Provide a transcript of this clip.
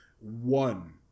One